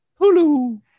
Hulu